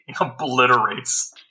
obliterates